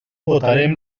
votarem